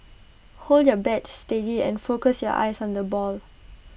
hold your bat steady and focus your eyes on the ball